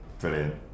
Brilliant